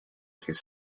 these